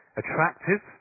attractive